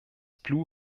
blue